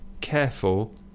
careful